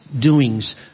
doings